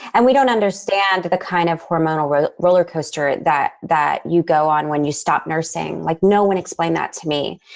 and we don't understand the kind of hormonal roller roller coaster that that you go on when you stop nursing. like no one explained that to me.